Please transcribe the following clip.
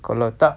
kalau tak